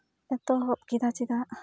ᱮᱛᱚᱦᱚᱵ ᱠᱮᱫᱟ ᱪᱮᱫᱟᱜ